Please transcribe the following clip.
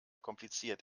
kompliziert